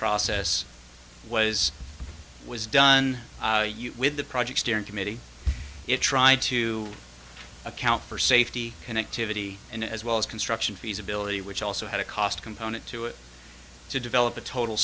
process was was done with the project steering committee it tried to account for safety connectivity and as well as construction feasibility which also had a cost component to it to develop a total